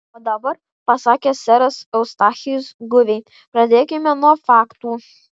o dabar pasakė seras eustachijus guviai pradėkime nuo faktų